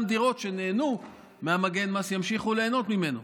דירות שנהנו ממגן המס ימשיכו ליהנות ממנו.